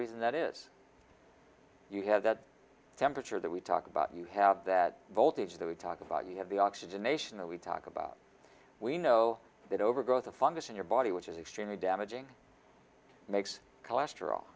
reason that is you have that temperature that we talk about you have that voltage that we talk about you have the oxygenation and we talk about we know that over growth of fungus in your body which is extremely damaging makes cholesterol